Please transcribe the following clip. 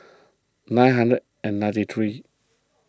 nine hundred and ninety three